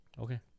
Okay